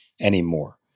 anymore